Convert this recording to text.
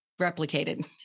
replicated